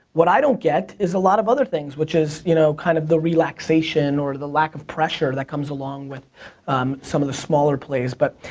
what i don't get is a lot of other things, which is you know kind of the relaxation or the lack of pressure that comes along with um some of the smaller plays, but,